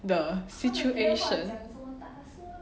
the situation